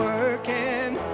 working